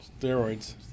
Steroids